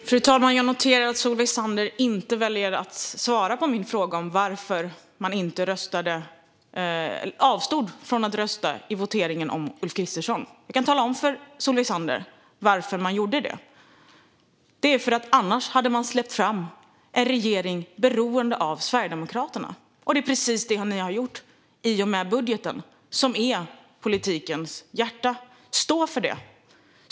Fru talman! Jag noterar att Solveig Zander väljer att inte svara på min fråga om varför man inte avstod från att rösta i voteringen om Ulf Kristersson. Jag kan tala om för Solveig Zander varför man inte gjorde det. Det var för att man annars hade släppt fram en regering som skulle vara beroende av Sverigedemokraterna. Och det är precis detta ni har gjort i och med budgeten, som är politikens hjärta. Stå för det!